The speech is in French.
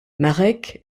marek